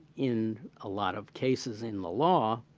in a lot of cases in the law,